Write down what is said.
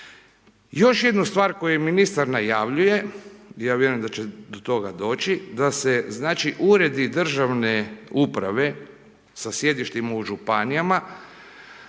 Još jednu stvar koju ministar najavljuje, ja vjerujem da će do toga doći, da se znači uredi državne uprave sa sjedištima u županijama,